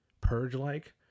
Purge-like